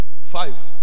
Five